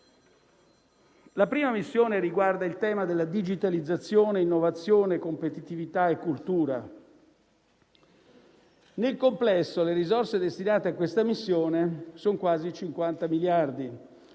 La prima missione riguarda il tema della digitalizzazione, innovazione, competitività e cultura. Nel complesso, le risorse destinate a questa missione sono quasi 50 miliardi,